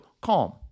CALM